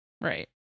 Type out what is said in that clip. Right